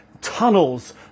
tunnels